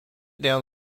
down